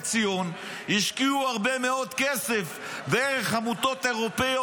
ציון השקיעו הרבה מאוד כסף דרך עמותות אירופיות,